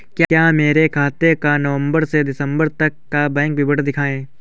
कृपया मेरे खाते का नवम्बर से दिसम्बर तक का बैंक विवरण दिखाएं?